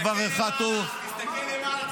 דבר אחד טוב --- תסתכל למעלה,